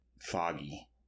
foggy